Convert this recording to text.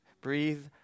Breathe